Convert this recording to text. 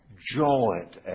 joint